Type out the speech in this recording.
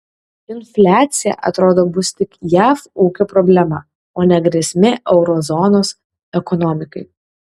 infliacija atrodo bus tik jav ūkio problema o ne grėsmė euro zonos ekonomikai